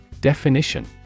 Definition